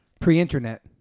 Pre-internet